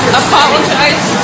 apologize